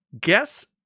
guess